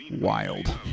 wild